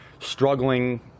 struggling